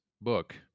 Book